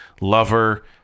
Lover